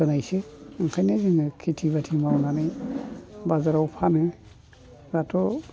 होनायसो ओंखायनो जोङो खेथि बाथि मावनानै बाजाराव फानो दाथ'